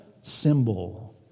symbol